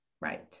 Right